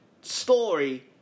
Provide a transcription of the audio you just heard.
story